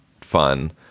fun